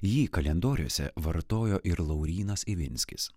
jį kalendoriuose vartojo ir laurynas ivinskis